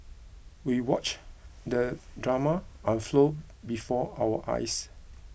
we watched the drama unfold before our eyes